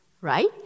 right